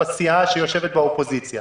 "מתווה נורווגי".